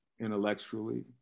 intellectually